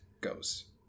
goes